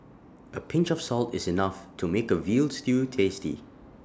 A pinch of salt is enough to make A Veal Stew tasty